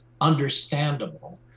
understandable